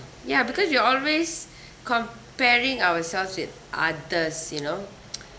ya because you are always comparing ourselves with others you know